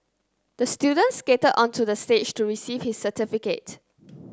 the students skated onto the stage to receive his certificate